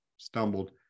Stumbled